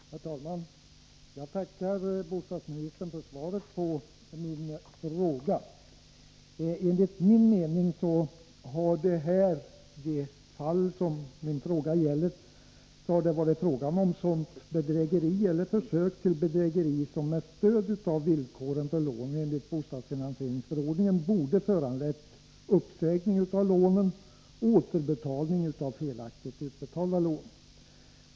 Herr talman! Jag tackar bostadsministern för svaret på min fråga. Enligt min mening har det i det fall som min fråga gäller rört sig om ett sådant bedrägeri eller försök till bedrägeri som med stöd av villkoren för lån enligt bostadsfinansieringsförordningen borde ha föranlett uppsägning av lånen och återbetalning av felaktigt utbetalda lån.